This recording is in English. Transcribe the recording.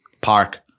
park